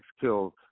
killed